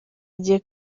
agiye